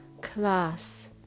class